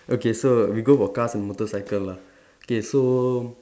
okay so we go for cars and motorcycle lah okay so